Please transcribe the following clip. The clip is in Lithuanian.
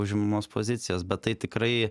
užimamos pozicijos bet tai tikrai